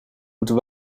moeten